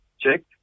checked